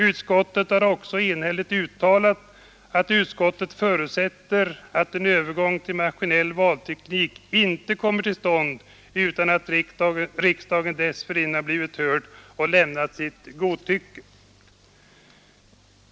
Utskottet har också enhälligt uttalat att det förutsätter att en övergång till maskinell valteknik inte kommer till stånd utan att riksdagen blivit hörd och lämnat sitt godkännande.